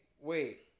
wait